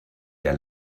der